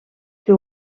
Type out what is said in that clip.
que